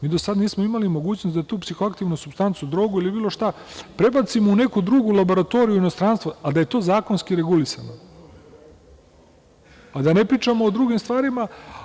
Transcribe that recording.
Do sada nismo imali mogućnost da tu psihoaktivnu supstancu, drogu prebacimo u neku drugu laboratoriju u inostranstvu, a da je to zakonski regulisano, a da ne pričamo o drugim stvarima.